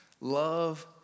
Love